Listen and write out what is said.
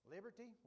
Liberty